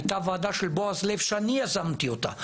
הייתה ועדה של בועז לב שאני יזמתי אותה,